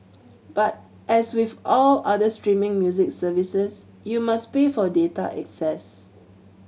but as with all other streaming music services you must pay for data access